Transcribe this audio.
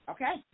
Okay